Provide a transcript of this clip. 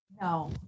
No